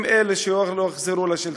הם אלה שלא יחזרו לשלטון.